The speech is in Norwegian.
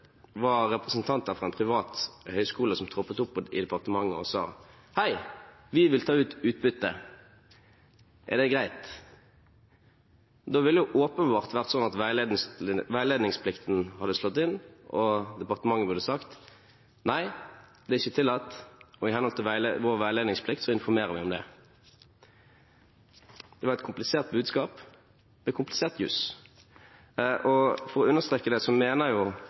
var altså ikke sånn at det var representanter fra en privat høyskole som troppet opp i departementet og sa: Hei! Vi vil ta ut utbytte, er det greit? Da ville det åpenbart vært slik at veiledningsplikten hadde slått inn, og departementet burde sagt: Nei, det er ikke tillatt, og i henhold til vår veiledningsplikt informerer vi om det. Det var et komplisert budskap med komplisert juss. For å understreke det: